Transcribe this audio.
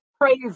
Praise